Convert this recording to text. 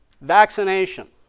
Vaccination